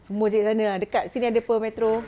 semua cari sana ah sini apa [pe] Metro